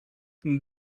there